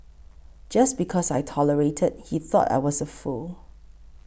just because I tolerated he thought I was a fool